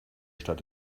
stadt